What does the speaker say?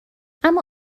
اما